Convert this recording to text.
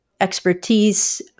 expertise